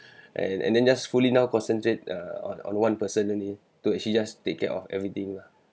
and and then just fully now concentrate uh on on one person only to actually just take care of everything lah